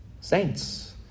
saints